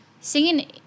singing